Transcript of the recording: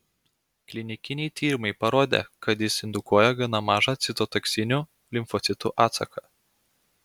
klinikiniai tyrimai parodė kad jis indukuoja gana mažą citotoksinių limfocitų atsaką